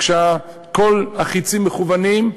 כשכל החצים מכוונים,